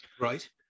Right